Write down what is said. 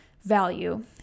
value